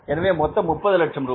எனவே மொத்தம் 30 லட்சம் ரூபாய்